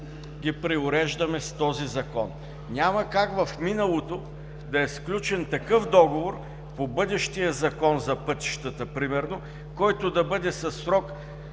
ги преуреждаме с този Закон. Няма как в миналото да е сключен такъв договор по бъдещия Закон за пътищата, примерно, който да бъде със срок,